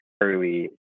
early